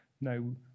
No